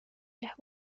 las